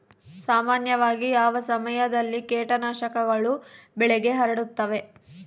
ಸಾಮಾನ್ಯವಾಗಿ ಯಾವ ಸಮಯದಲ್ಲಿ ಕೇಟನಾಶಕಗಳು ಬೆಳೆಗೆ ಹರಡುತ್ತವೆ?